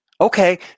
Okay